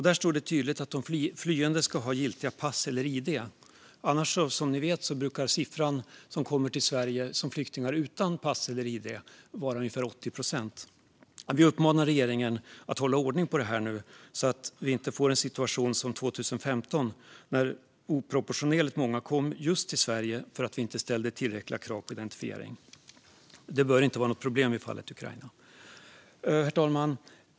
Där står det tydligt att de flyende ska ha ett giltigt pass eller id. Som ni vet brukar siffran som kommer till Sverige som flyktingar utan pass eller id vara ungefär 80 procent. Vi uppmanar regeringen att hålla ordning på detta, så att Sverige inte hamnar i en situation som 2015, när oproportionerligt många kom just till Sverige för att Sverige inte ställde tillräckliga krav på identifiering. Detta bör inte vara något problem i fallet Ukraina. Herr talman!